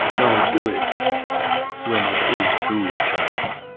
don't do it when it is truly time,